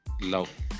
Love